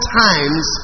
times